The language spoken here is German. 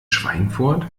schweinfurt